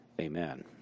Amen